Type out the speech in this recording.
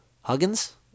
Huggins